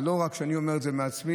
זה לא רק אני אומר את זה מעצמי,